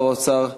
שר האוצר,